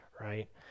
Right